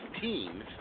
teams